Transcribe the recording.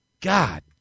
God